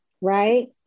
right